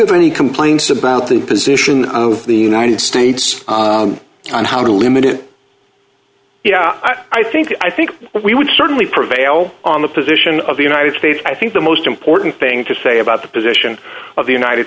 any complaints about the position of the united states on how to limit yeah i think i think we would certainly prevail on the position of the united states i think the most important thing to say about the position of the united